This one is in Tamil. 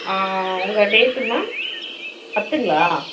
உங்க டேட்டு மேம் பத்துங்களா